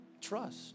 Trust